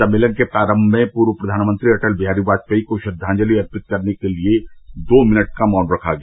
सम्मेलन के प्रारंभ में पूर्व प्रधानमंत्री अटल बिहारी वाजपेयी को श्रद्वांजलि अर्पित करने के लिए दो मिनट का मौन रखा गया